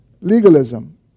legalism